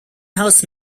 house